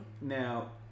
Now